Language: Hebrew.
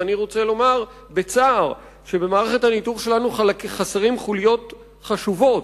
ואני רוצה לומר בצער שבמערכת הניטור שלנו חסרות חוליות חשובות.